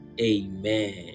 amen